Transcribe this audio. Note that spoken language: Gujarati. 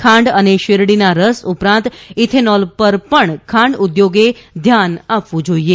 ખાંડ અને શેરડીના રસ ઉપરાંત ઇથેનોલ પર પણ ખાંડઉદ્યોગે ધ્યાન આપવું જાઇએ